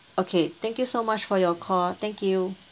okay thank you so much for your call thank you